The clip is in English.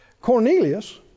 Cornelius